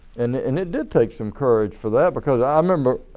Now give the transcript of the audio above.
and it and it did take some courage for that because i remember